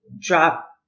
drop